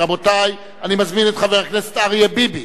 רבותי, אני מזמין את חבר הכנסת אריה ביבי